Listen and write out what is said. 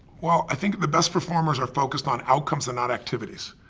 well, i think the best performers are focused on outcomes and not activities.